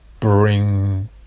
bring